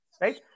right